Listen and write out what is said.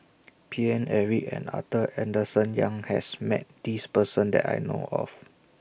Paine Eric and Arthur Henderson Young has Met This Person that I know of